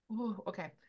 okay